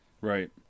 right